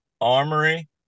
armory